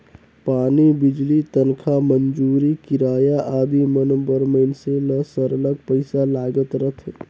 पानी, बिजली, तनखा, मंजूरी, किराया आदि मन बर मइनसे ल सरलग पइसा लागत रहथे